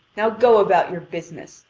now go about your business.